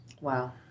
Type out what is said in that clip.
Wow